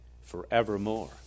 forevermore